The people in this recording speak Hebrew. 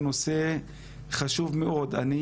הוא נושא חשוב מאוד.